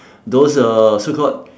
those uh so called